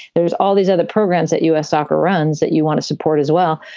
there's all these other programs that u s. soccer runs that you want to support as well.